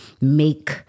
make